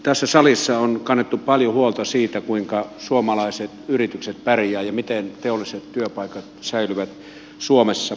tässä salissa on kannettu paljon huolta siitä kuinka suomalaiset yritykset pärjäävät ja miten teolliset työpaikat säilyvät suomessa